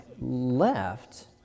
left